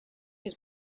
his